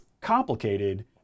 complicated